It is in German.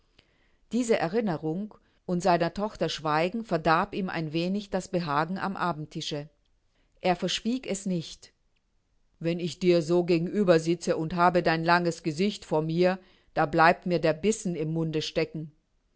diese erinnerung und seiner tochter schweigen verdarb ihm ein wenig das behagen am abendtische er verschwieg es nicht wenn ich dir so gegenübersitze und habe dein langes gesicht vor mir da bleibt mir der bissen im munde stecken